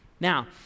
Now